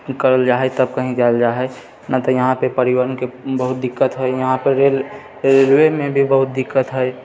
करल जाए है तब कही जाएल जाए है नहि तऽ यहाँपे परिवहनके बहुत दिक्कत है यहाँपे रेल रेलवेमे भी बहुत दिक्कत है